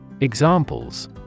Examples